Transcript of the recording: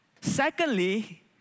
Secondly